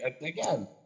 again